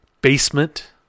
basement